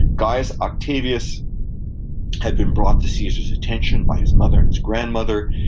gaius octavius had been brought to caesar's attention by his mother and his grandmother,